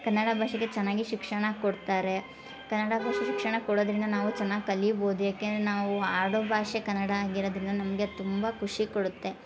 ಕನ್ನಡ ಭಾಷೆಗೆ ಚೆನ್ನಾಗಿ ಶಿಕ್ಷಣ ಕೊಡ್ತಾರೆ ಕನ್ನಡ ಭಾಷೆ ಶಿಕ್ಷಣ ಕೊಡೋದರಿಂದ ನಾವು ಚೆನ್ನಾಗಿ ಕಲೀಬೋದು ಯಾಕೆಂದರೆ ನಾವು ಆಡೋ ಭಾಷೆ ಕನ್ನಡ ಆಗಿರೋದ್ರಿಂದ ನಮಗೆ ತುಂಬ ಖುಷಿ ಕೊಡುತ್ತೆ